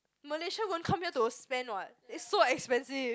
Malaysian won't come here to spend what it's so expensive